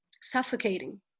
suffocating